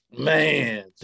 Man